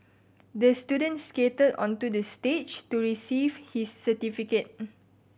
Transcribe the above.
the student skated onto the stage to receive his certificate